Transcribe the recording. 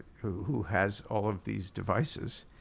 who has all of these devices,